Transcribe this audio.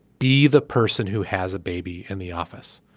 be the person who has a baby in the office.